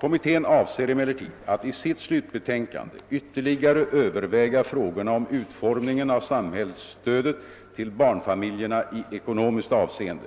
Kommittén avser emellertid att i sitt slutbetänkande ytterligare överväga frågorna om utformningen av samhällsstödet till barnfamiljerna i ekonomiskt avseende.